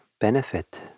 benefit